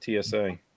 TSA